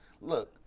look